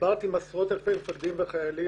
דיברתי עם עשרות אלפי מפקדים וחיילים